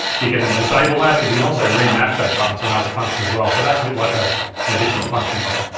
you can disable that but you can also remap that button to another function as well, so it acts a bit like ah an additional function button.